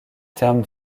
terme